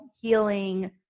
healing